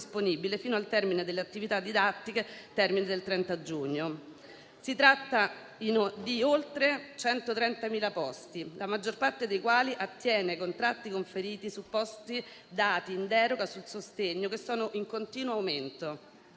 Si tratta di oltre 130.000 posti, la maggior parte dei quali attiene ai contratti conferiti su posti dati in deroga sul sostegno, che sono in continuo aumento.